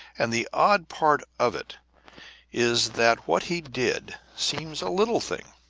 and the odd part of it is that what he did seems a little thing,